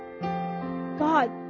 God